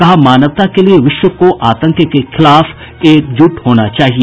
कहा मानवता के लिए विश्व को आतंक के खिलाफ एकजुट होना चाहिए